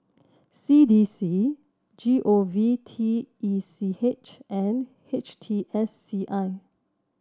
C D C G O V T E C H and H T S C I